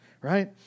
right